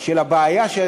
של הבעיה,